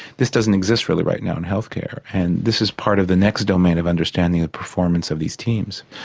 this doesn't exist really right now in health care and this is part of the next domain of understanding of the performance of these teams.